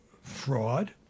fraud